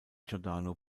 giordano